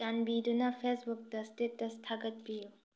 ꯆꯥꯟꯕꯤꯗꯨꯅ ꯐꯦꯁꯕꯨꯛꯇ ꯁ꯭ꯇꯦꯇꯁ ꯊꯥꯒꯠꯄꯤꯎ